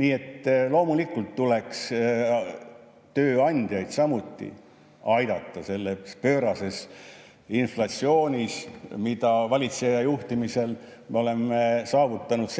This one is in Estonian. Nii et loomulikult tuleks tööandjaid samuti aidata selles pöörases inflatsioonis, mille me valitseja juhtimisel oleme saavutanud.